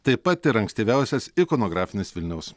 taip pat ir ankstyviausias ikonografinis vilniaus